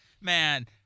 Man